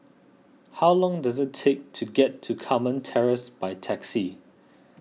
how long does it take to get to Carmen Terrace by taxi